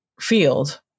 field